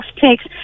takes